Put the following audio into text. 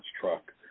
truck